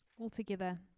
Altogether